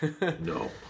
No